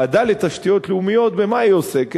ועדה לתשתיות לאומיות, במה היא עוסקת?